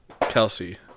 kelsey